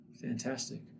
fantastic